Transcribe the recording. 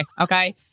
okay